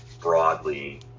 broadly